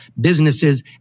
businesses